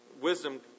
wisdom